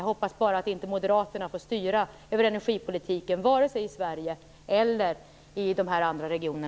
Jag hoppas bara att moderaterna inte får styra energipolitiken, vare sig i Sverige eller i dessa andra regioner.